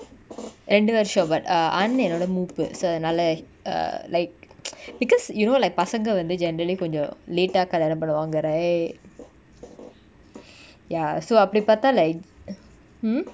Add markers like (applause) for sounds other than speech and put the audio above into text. ரெண்டு வருசோ:rendu varuso but err ananth என்னோட மூப்பு:ennoda moopu so அதனால:athanala err like (noise) because you know like பசங்க வந்து:pasanga vanthu generally கொஞ்சோ:konjo late ah கலியானோ பன்னுவாங்க:kaliyano pannuvanga right (breath) ya so அப்டி பாத்தா:apdi paatha like mm